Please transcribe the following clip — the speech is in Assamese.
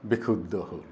বিশুদ্ধ হ'ল